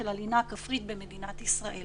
של הלינה הכפרית במדינת ישראל